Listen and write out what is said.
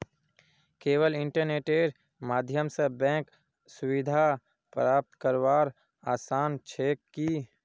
केवल इन्टरनेटेर माध्यम स बैंक सुविधा प्राप्त करवार आसान छेक की